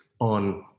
on